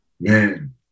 Man